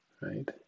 Right